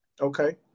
Okay